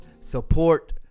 Support